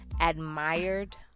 admired